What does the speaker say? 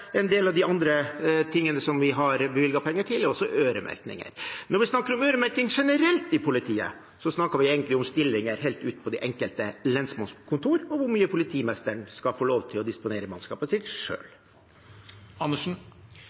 en del betong. En del av de andre tingene vi har bevilget penger til, er også øremerkinger. Når vi snakker om øremerking generelt i politiet, snakker vi egentlig om stillinger helt ute på de enkelte lensmannskontorene og hvor mye politimesteren skal få lov til å disponere mannskapet